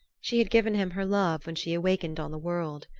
she had given him her love when she awakened on the world.